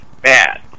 bad